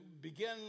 begin